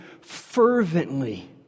fervently